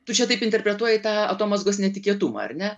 tu čia taip interpretuoji tą atomazgos netikėtumą ar ne